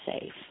safe